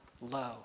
low